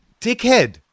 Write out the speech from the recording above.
dickhead